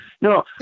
no